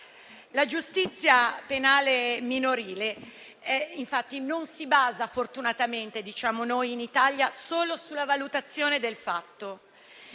La giustizia penale minorile in Italia infatti non si basa - fortunatamente, diciamo noi - solo sulla valutazione del fatto,